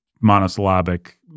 monosyllabic